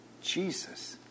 jesus